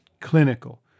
clinical